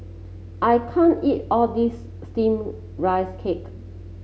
I can't eat all this steamed Rice Cake